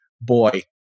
boy